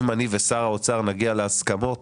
אם אני ושר האוצר נגיע להסכמות